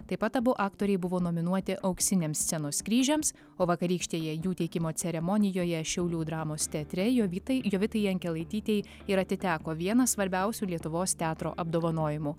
taip pat abu aktoriai buvo nominuoti auksiniams scenos kryžiams o vakarykštėje jų teikimo ceremonijoje šiaulių dramos teatre jo vytai jovitai jankelaitytei ir atiteko vienas svarbiausių lietuvos teatro apdovanojimų